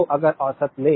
तो अगर औसत लें